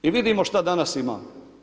I vidimo što danas imamo.